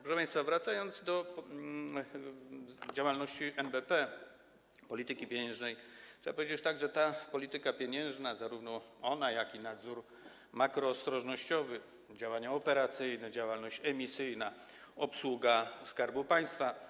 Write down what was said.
Proszę państwa, wracając do działalności NBP i do polityki pieniężnej, trzeba powiedzieć, że zarówno polityka pieniężna, jak i nadzór makroostrożnościowy, działania operacyjne, działalność emisyjna, obsługa Skarbu Państwa.